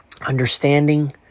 understanding